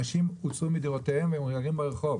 אנשים הוצאו מדירותיהם ומתגוררים ברחוב.